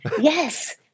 yes